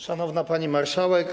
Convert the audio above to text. Szanowna Pani Marszałek!